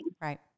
Right